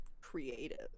Creative